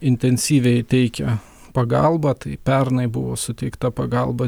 intensyviai teikia pagalbą tai pernai buvo suteikta pagalba